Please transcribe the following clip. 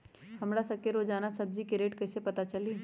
हमरा सब के रोजान सब्जी के रेट कईसे पता चली?